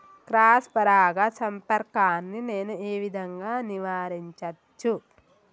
Cross పరాగ సంపర్కాన్ని నేను ఏ విధంగా నివారించచ్చు?